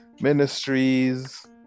ministries